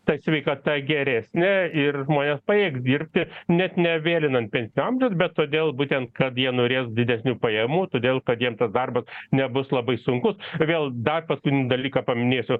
ta sveikata geresnė ir žmonės pajėgs dirbti net nevėlinant pensinio bet todėl būtent kad jie norės didesnių pajamų todėl kad jiem tas darbas nebus labai sunkus vėl dar paskutinį dalyką paminėsiu